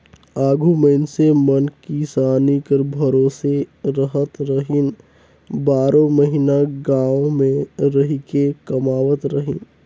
आघु मइनसे मन किसानी कर भरोसे रहत रहिन, बारो महिना गाँव मे रहिके कमावत रहिन